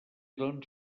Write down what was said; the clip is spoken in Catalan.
doncs